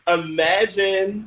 imagine